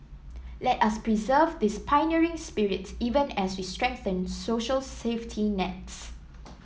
let us preserve this pioneering spirit even as we strengthen social safety nets